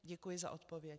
Děkuji za odpověď.